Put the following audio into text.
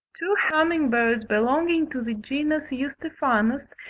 two humming-birds belonging to the genus eustephanus,